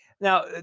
now